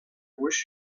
wish